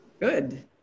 Good